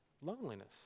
Loneliness